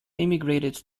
emigrated